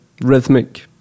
rhythmic